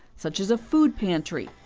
such as a food pantry.